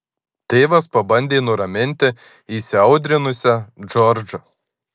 tėvas pabandė nuraminti įsiaudrinusią džordžą